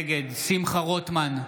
נגד שמחה רוטמן,